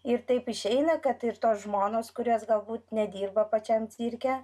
ir taip išeina kad ir tos žmonos kurios galbūt nedirba pačiame cirke